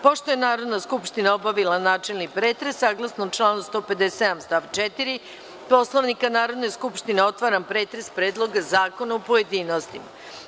Pošto je Narodna skupština obavila načelni pretres, saglasno članu 157. stav 4. Poslovnika Narodne skupštine, otvaram pretres Predloga zakona u pojedinostima.